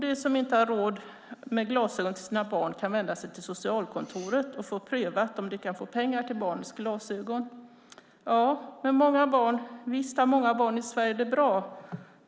De som inte har råd med glasögon till sina barn kan vända sig till socialkontoret och få prövat om de kan få pengar till barnens glasögon. Ja, visst har många barn i Sverige det bra.